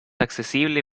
accesible